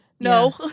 No